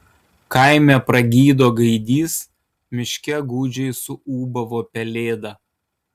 kaime pragydo gaidys miške gūdžiai suūbavo pelėda